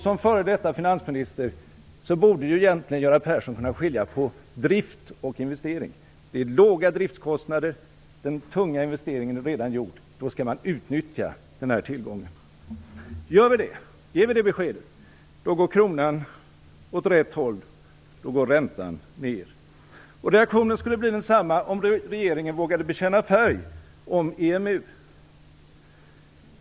Som f.d. finansminister borde Göran Persson egentligen kunna skilja på drift och investering. Kärnkraften innebär låga driftskostnader. Den tunga investeringen är redan gjord. Då skall man utnyttja denna tillgång. Om besked om detta ges går kronan åt rätt håll, och räntan går ned. Reaktionen skulle bli densamma om regeringen vågade bekänna färg om EMU.